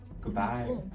Goodbye